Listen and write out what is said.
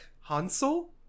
hansel